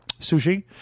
sushi